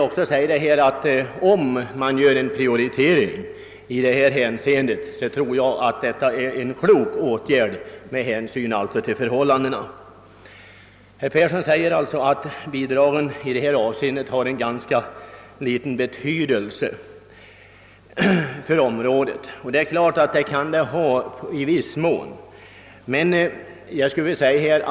Om man gör en prioritering som vi föreslagit tror jag att det är en klok åtgärd med hänsyn till förhållandena. Herr Persson i Skänninge säger att bidragen i detta avseende har ganska liten betydelse för området, och i viss mån kan detta vara rätt.